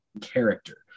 character